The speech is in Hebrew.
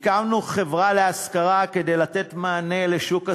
הקמנו חברה להשכרה כדי לתת מענה לשוק השכירות,